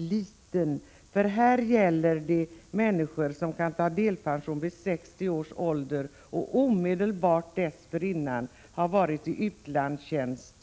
liten. Det gäller människor som kan ta delpension vid 60 års ålder och som omedelbart dessförinnan haft utlandstjänst.